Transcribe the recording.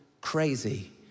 crazy